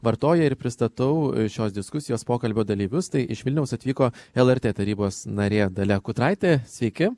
vartoja ir pristatau šios diskusijos pokalbio dalyvius tai iš vilniaus atvyko lrt tarybos narė dalia kutraitė sveiki